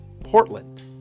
Portland